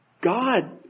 God